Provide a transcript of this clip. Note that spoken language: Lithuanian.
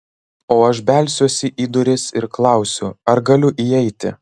o aš belsiuosi į duris ir klausiu ar galiu įeiti